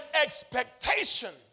expectation